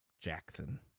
Jackson